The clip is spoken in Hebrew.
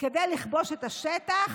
כדי לכבוש את השטח.